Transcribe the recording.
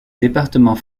département